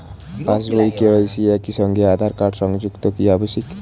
পাশ বই ও কে.ওয়াই.সি একই সঙ্গে আঁধার কার্ড সংযুক্ত কি আবশিক?